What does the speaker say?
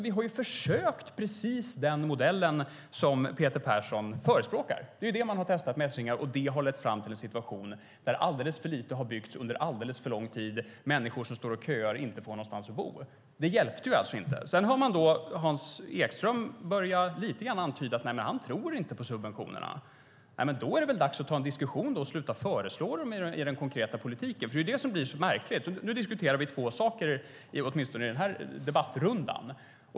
Vi har ju försökt med precis den modell som Peter Persson förespråkar. Det är det man har testat med ersättningar, och det har lett fram till en situation där alldeles för lite har byggts under alldeles för lång tid och där människor står och köar och inte får någonstans att bo. Det hjälpte alltså inte. Sedan hör man Hans Ekström börja antyda lite grann att han inte tror på subventionerna. Men då är det väl dags att ta en diskussion och sluta föreslå dem i den konkreta politiken. Det är ju det som blir så märkligt. Nu diskuterar vi två saker i den här debattrundan.